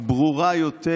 ברורה יותר